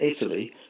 italy